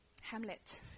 Hamlet